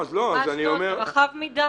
זה רחב מדי.